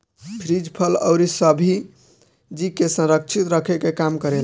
fridge फल अउरी सब्जी के संरक्षित रखे के काम करेला